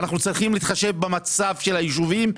אנחנו צריכים להתחשב במצב של היישובים,